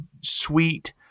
sweet